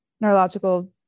neurological